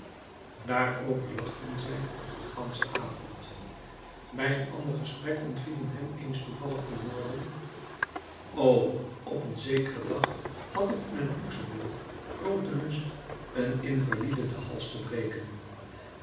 daarover lachten zij een ganschen avond bij een ander gesprek ontvielen hem eens toevallig de woorden o op zekeren dag had ik in het luxembourg grooten lust een invalide den hals te breken